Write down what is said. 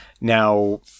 Now